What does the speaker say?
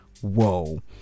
whoa